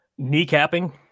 kneecapping